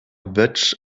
buch